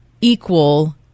equal